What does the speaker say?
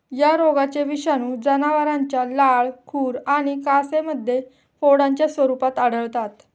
या रोगाचे विषाणू जनावरांच्या लाळ, खुर आणि कासेमध्ये फोडांच्या स्वरूपात आढळतात